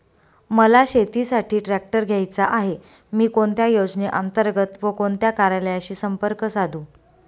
मला शेतीसाठी ट्रॅक्टर घ्यायचा आहे, मी कोणत्या योजने अंतर्गत व कोणत्या कार्यालयाशी संपर्क साधू?